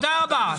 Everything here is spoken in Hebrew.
תודה רבה.